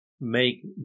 make